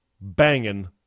banging